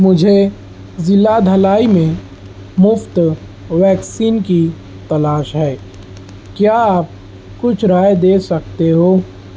مجھے ضلع دھلائی میں مفت ویکسین کی تلاش ہے کیا آپ کچھ رائے دے سکتے ہو